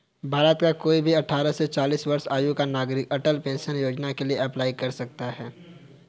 भारत का कोई भी अठारह से चालीस वर्ष आयु का नागरिक अटल पेंशन योजना के लिए अप्लाई कर सकता है